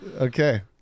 Okay